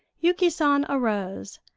yuki san arose,